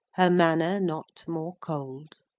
her manner not more cold.